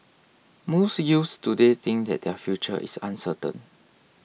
most youths today think that their future is uncertain